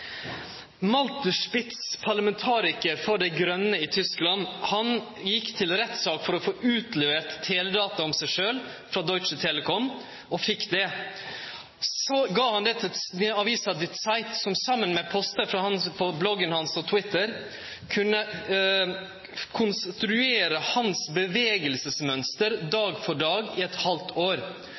om seg sjølv frå Deutsche Telekom, og fekk det. Så gav han det til avisa Die Zeit, som saman med postar frå bloggen hans og Twitter kunne konstruere bevegelsesmønsteret hans dag for dag i eit halvt år.